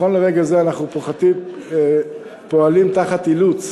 נכון לרגע הזה אנחנו פועלים תחת אילוץ